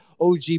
OG